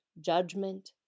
judgment